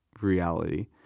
reality